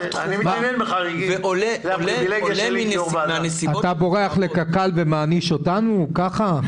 --- זה עולה מהנסיבות -- אתה בורח לקק"ל ומעניש אותנו ככה?